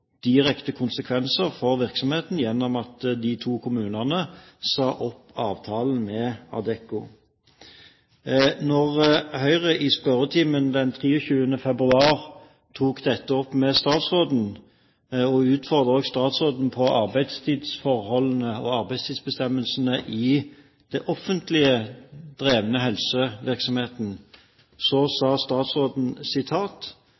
direkte konsekvenser for virksomheten ved at de to kommunene sa opp avtalen med Adecco. Da Høyre i spørretimen den 23. februar tok opp dette med statsråden, og også utfordret statsråden på arbeidstidsforholdene og arbeidstidsbestemmelsene i den offentlig drevne helsevirksomheten, så